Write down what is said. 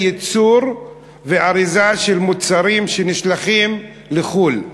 ייצור ואריזה של מוצרים שנשלחים לחו"ל.